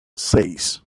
seis